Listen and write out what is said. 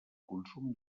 consum